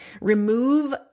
remove